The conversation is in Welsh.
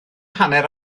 hanner